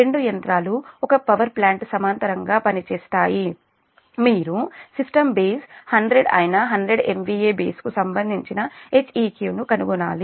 రెండు యంత్రాలు ఒక పవర్ ప్లాంట్ లో సమాంతరంగా పనిచేస్తాయి మీరు సిస్టమ్ బేస్ 100 అయిన 100 MVA బేస్ కు సంబంధించిన Heq ను కనుగొనాలి